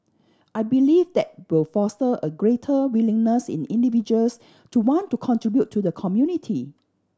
I believe that will foster a greater willingness in individuals to want to contribute to the community